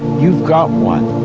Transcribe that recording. you've got one.